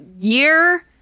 year